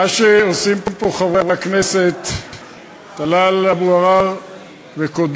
מה שעושים פה חברי הכנסת טלב אבו עראר וקודמו,